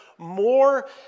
more